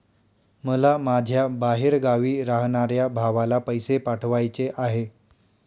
मला माझ्या बाहेरगावी राहणाऱ्या भावाला पैसे पाठवायचे आहे